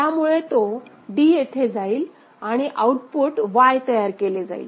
त्यामुळे तो d इथे जाईल आणि आउटपुट Y तयार केले जाईल